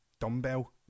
dumbbell